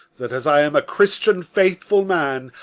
that, as i am a christian faithful man,